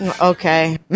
Okay